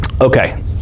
Okay